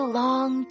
long